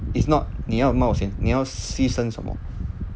it's not 你要冒险你要牺牲什么